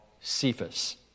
Cephas